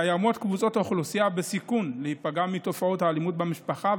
קיימות קבוצות אוכלוסייה בסיכון להיפגע מתופעות האלימות במשפחה,